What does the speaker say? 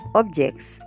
objects